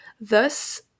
Thus